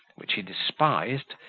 which he despised,